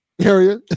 area